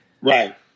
right